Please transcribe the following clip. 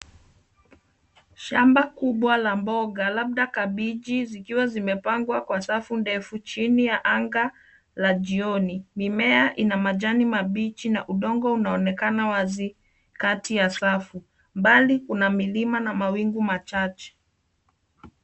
Shamba kubwa la mboga labda kabeji zikiwa zimepangwa kwa safu ndefu chini ya anga la jioni. Mimea ina majani mabichi na udongo unaonekana wazi kati ya safu. mbali kuna milima na mawingu machache.